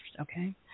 Okay